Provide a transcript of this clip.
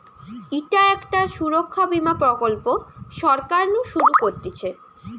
ইটা একটা সুরক্ষা বীমা প্রকল্প সরকার নু শুরু করতিছে